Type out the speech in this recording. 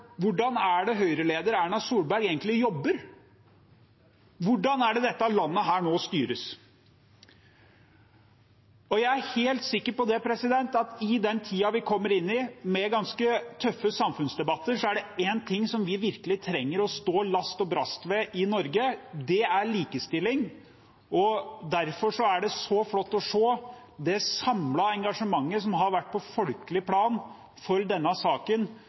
Hvordan er det Høyre-leder Erna Solberg egentlig jobber? Hvordan er det dette landet nå styres? Jeg er helt sikker på at i den tiden vi kommer inn i, med ganske tøffe samfunnsdebatter, er det én ting som vi virkelig trenger å stå last og brast med i Norge: Det er likestilling. Derfor er det så flott å se det samlede engasjementet som har vært for denne saken på folkelig plan,